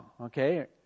Okay